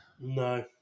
No